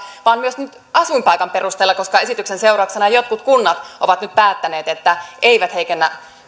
vaan myös asuinpaikan perusteella koska esityksen seurauksena jotkut kunnat ovat nyt päättäneet että eivät heikennä